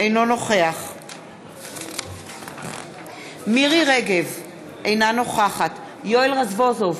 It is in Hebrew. אינו נוכח מירי רגב, אינה נוכחת יואל רזבוזוב,